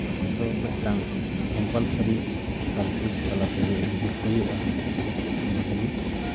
ᱫᱚ ᱢᱤᱫᱴᱟᱝ compulsory subject ᱛᱟᱞᱟ ᱛᱮᱜᱮ ᱡᱩᱫᱤ ᱦᱩᱭᱩᱜᱼᱟ ᱥᱮ ᱚᱱᱟ ᱛᱮᱜᱮ